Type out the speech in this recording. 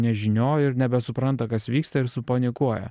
nežinioj ir nebesupranta kas vyksta ir supanikuoja